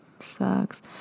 Sucks